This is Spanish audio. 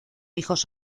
hijos